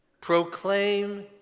Proclaim